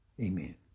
Amen